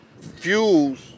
fuels